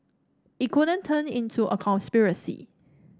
it couldn't turn into a conspiracy